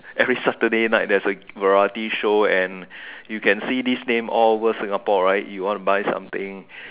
every Saturday night there's a variety show and you can see this name all over Singapore right you want to buy something